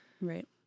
Right